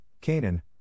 Canaan